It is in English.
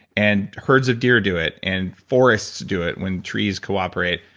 and herds of deer do it and forests do it when trees cooperate.